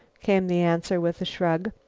came the answer, with a shrug.